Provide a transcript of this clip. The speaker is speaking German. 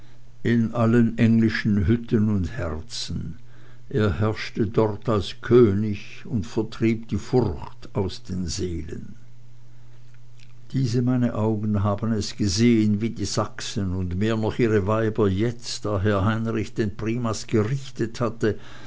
in allen englischen hütten und herzen er herrschte dort als könig und vertrieb die furcht aus den seelen diese meine augen haben es gesehen wie die sachsen und mehr noch ihre weiber jetzt da herr heinrich den primas gerichtet hatte